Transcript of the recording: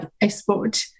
export